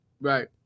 Right